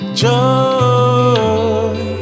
joy